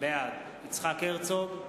בעד יצחק הרצוג,